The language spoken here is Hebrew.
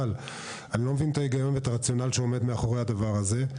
אבל אני לא מבין אתה היגיון ואת הרציונל שעומד מאחורי הדבר הזה.